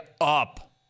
up